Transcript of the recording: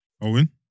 Owen